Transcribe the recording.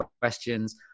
questions